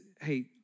hey